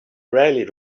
rarely